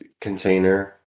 container